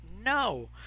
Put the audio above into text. No